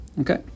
Okay